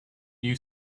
new